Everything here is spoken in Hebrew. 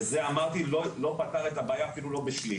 וזה אמרתי לא פתר את הבעיה אפילו לא בשליש,